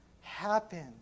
happen